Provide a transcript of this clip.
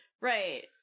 Right